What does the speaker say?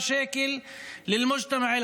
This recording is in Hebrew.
אני מבקש לסכם.